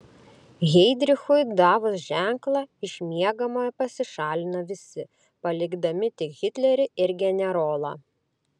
heidrichui davus ženklą iš miegamojo pasišalino visi palikdami tik hitlerį ir generolą